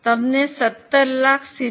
તમને 17777